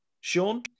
Sean